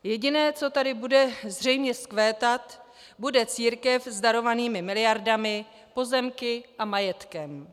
Jediné, co tady bude zřejmě vzkvétat, bude církev s darovanými miliardami, pozemky a majetkem.